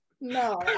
No